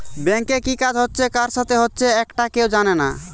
ব্যাংকে কি কাজ হচ্ছে কার সাথে হচ্চে একটা কেউ জানে না